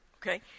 okay